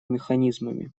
механизмами